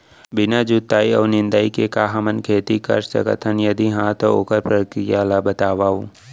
बिना जुताई अऊ निंदाई के का हमन खेती कर सकथन, यदि कहाँ तो ओखर प्रक्रिया ला बतावव?